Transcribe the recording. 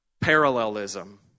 parallelism